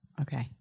okay